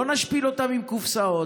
לא נשפיל אותם עם קופסאות,